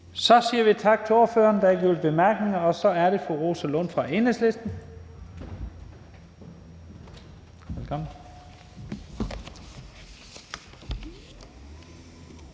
Så siger vi tak til ordføreren. Der er ikke yderligere korte bemærkninger. Så er det fru Rosa Lund fra Enhedslisten. Velkommen.